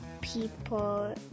people